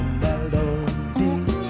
melody